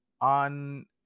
on